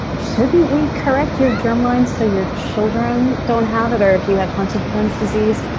shouldn't we correct your germline so your children don't have it or if you have huntington's disease,